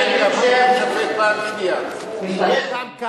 מי שיפגע בביטחון מדינת ישראל ויורשע,